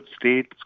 states